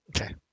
Okay